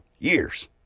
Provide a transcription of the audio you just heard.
Years